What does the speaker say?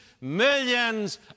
millions